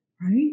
Right